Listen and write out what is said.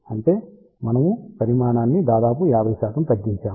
అంటే మనము పరిమాణాన్ని దాదాపు 50 తగ్గించాము